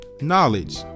knowledge